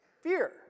Fear